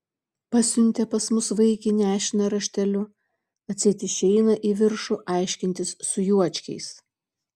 pasiuntė pas mus vaikį nešiną rašteliu atseit išeina į viršų aiškintis su juočkiais